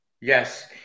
yes